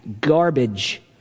garbage